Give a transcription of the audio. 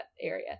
area